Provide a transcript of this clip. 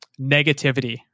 negativity